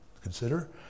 consider